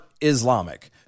islamic